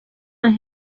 and